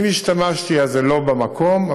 אם השתמשתי זה לא היה במקום,